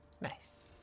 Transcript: Nice